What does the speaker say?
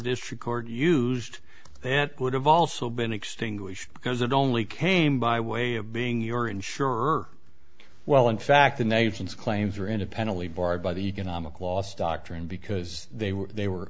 district court used then would have also been extinguished because it only came by way of being your insurer well in fact the nation's claims are independently barred by the economic loss doctrine because they were they were